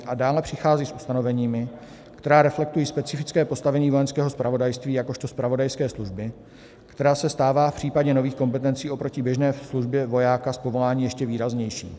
A dále přichází s ustanoveními, která reflektují specifické postavení Vojenského zpravodajství jakožto zpravodajské služby, která se stává v případě nových kompetencí oproti běžné službě vojáka z povolání ještě výraznější.